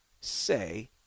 say